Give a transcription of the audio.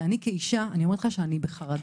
אני כאישה בחרדה,